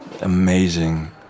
amazing